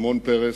שמעון פרס,